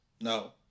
no